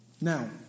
Now